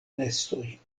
nestoj